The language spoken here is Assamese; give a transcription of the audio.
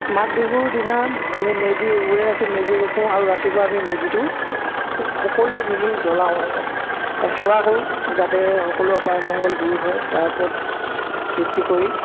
মাঘ বিহুৰ দিনা আমি মেজি ওৰে ৰাতি মেজি ৰখোঁ আৰু ৰাতিপুৱা আমি মেজিটো সকলোৱে মিলি জ্বলাওঁ সেৱা কৰোঁ যাতে সকলো অপায় অমংগল দূৰ হয় তাৰ ওপৰত ভিত্তি কৰি